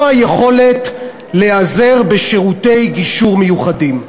היכולת להיעזר בשירותי גישור מיוחדים.